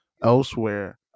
elsewhere